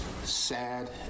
sad